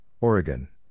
Oregon